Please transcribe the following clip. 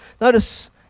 Notice